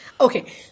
Okay